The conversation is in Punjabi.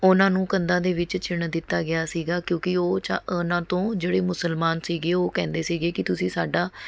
ਉਨ੍ਹਾਂ ਨੂੰ ਕੰਧਾਂ ਦੇ ਵਿੱਚ ਚਿਣ ਦਿੱਤਾ ਗਿਆ ਸੀਗਾ ਕਿਉਂਕਿ ਉਹ ਚਾ ਉਨ੍ਹਾਂ ਤੋਂ ਜਿਹੜੇ ਮੁਸਲਮਾਨ ਸੀਗੇ ਉਹ ਕਹਿੰਦੇ ਸੀਗੇ ਕਿ ਤੁਸੀਂ ਸਾਡਾ